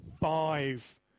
Five